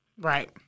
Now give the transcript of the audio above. Right